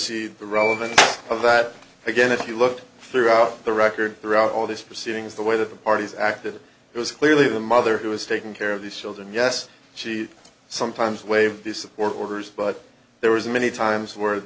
the relevance of that again if you look throughout the record throughout all these proceedings the way the parties acted it was clearly the mother who was taking care of these children yes she sometimes waived the support orders but there was many times where